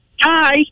Hi